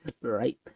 right